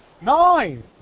nine